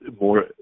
more